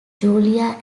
julia